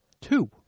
Two